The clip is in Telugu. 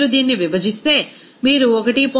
మీరు దీన్ని విభజిస్తే మీరు 1